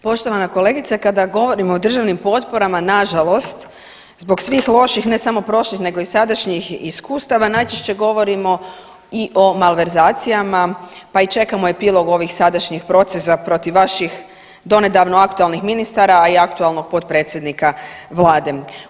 Poštovana kolegice kada govorimo o državnim potporama nažalost zbog svih loših ne samo prošlih nego i sadašnjih iskustava najčešće govorimo i o malverzacijama pa i čekamo epilog ovih sadašnjih procesa protiv vaših donedavno aktualnih ministara, a i aktualnog potpredsjednika vlade.